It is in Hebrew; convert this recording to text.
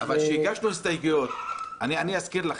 אני אזכיר לכם.